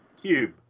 Cube